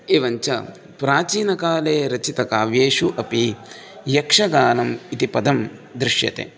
एवं च प्राचीनकाले रचितकाव्येषु अपि यक्षगानम् इति पदं दृश्यते